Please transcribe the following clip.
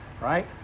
Right